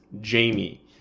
Jamie